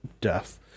death